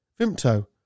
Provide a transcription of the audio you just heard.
Vimto